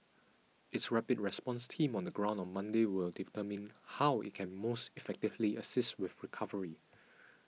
its rapid response team on the ground on Monday will determine how it can most effectively assist with recovery